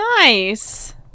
nice